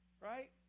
Right